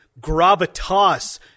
gravitas